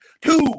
two